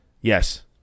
Yes